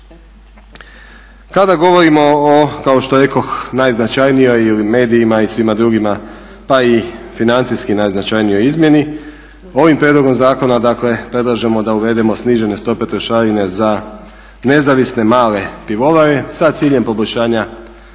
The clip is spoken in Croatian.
Kada govorimo o kao što rekoh najznačajnijoj ili medijima i svima drugima pa i financijski najznačajnijom izmjeni ovim prijedlogom zakona dakle predlažemo da uvedemo snižene stope trošarine za nezavisne male pivovare sa ciljem poboljšanja